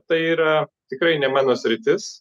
tai yra tikrai ne mano sritis